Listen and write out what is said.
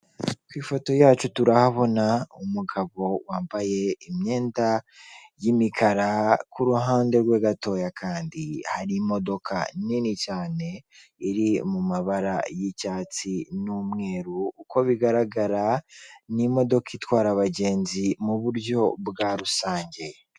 Ku ifoto yacu turahabona umugabo wambaye imyenda y'imikara, ku ruhande rwe gatoya kandi hari imodoka nini cyane, iri mu mabara y'icyatsi n'umweru. Uko bigaragara ni imodoka itwara abagenzi mu buryo bwa rusange.